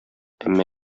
әмма